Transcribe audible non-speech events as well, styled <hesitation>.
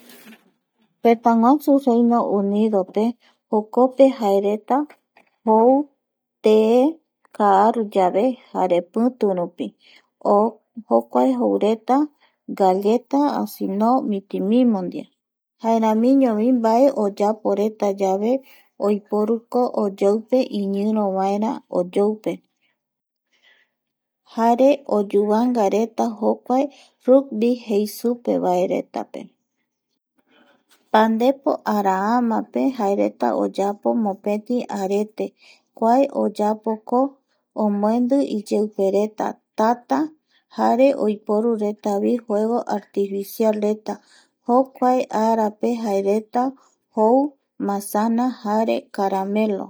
<noise> <noise> Tëtäguasu Reinio Unidope jokope jaerta <noise> jou <noise> kaaruyave jare piturupi <hesitation> jokuae joureta galleta o sino mitimimo ndie jaeramiño mbae oyaporetayave oiporu iñirovaera oyoupe jare oyuvangareta jokuae rupi jei supevaeretape pandepo araamape jaereta oyapo mopeti arete kua oyapoko omboendi iyeupereta yaya jare oiporuretaviiyeupe juego artificiales jokuae arape jaereta jou masana jare caramelo <noise>